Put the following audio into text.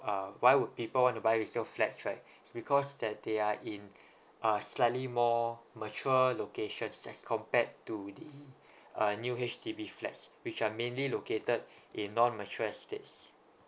uh why would people want to buy resale flats right it's because that they are in uh slightly more mature locations as compared to the uh new H_D_B flats which are mainly located in non mature estates